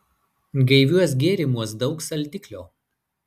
gaiviuos gėrimuos daug saldiklio